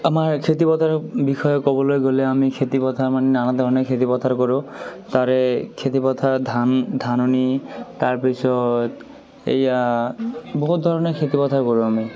আমাৰ খেতিপথাৰৰ বিষয়ে ক'বলৈ গ'লে আমি খেতিপথাৰ আমি নানা ধৰণে খেতিপথাৰ কৰোঁ তাৰে খেতিপথাৰ ধান ধাননি তাৰপিছত এইয়া বহুত ধৰণে খেতিপথাৰ কৰোঁ আমি